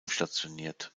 stationiert